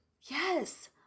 Yes